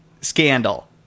scandal